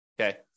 okay